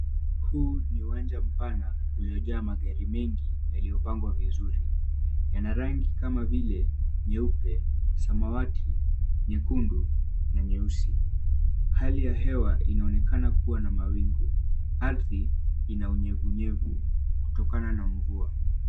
Huu ni uwanja mpana uliojaa magari mengi yaliyopangwa vizuri. Yqna rangi kama vile nyeupe, samawati, nyekundu na nyeusi. Hali ya hewa inaonekana kuwa na mawingu. Ardhi ina unyevuunyevu kutokana na mvua.